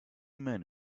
men